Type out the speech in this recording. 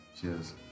cheers